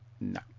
No